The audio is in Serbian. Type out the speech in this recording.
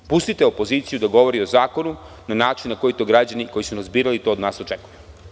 Pustite opoziciju da govori o zakonu na način na koji to građani koji su nas birali to od nas očekuju.